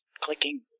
Clicking